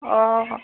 অঁ